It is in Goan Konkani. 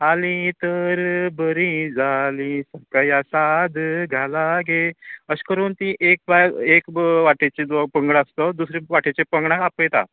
आलीं तर बरीं जालीं सखीया साद घाला गे अशें करून तीं एक बायल एक वाटेचें जो पंगड आसा सो दुसरे वाटेंतल्या पंगडार आपयता